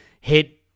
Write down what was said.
hit